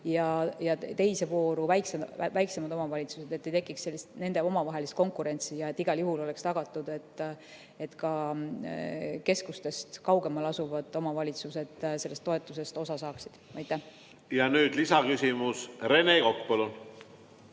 ja teise vooru väiksemad omavalitsused, et ei tekiks nende omavahelist konkurentsi ja et igal juhul oleks tagatud, et ka keskustest kaugemal asuvad omavalitsused sellest toetusest osa saaksid. Nüüd lisaküsimus. Rene Kokk, palun!